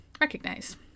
recognize